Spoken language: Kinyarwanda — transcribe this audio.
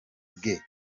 bwe